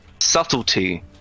Subtlety